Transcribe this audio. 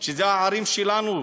אלה הערים שלנו,